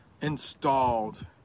installed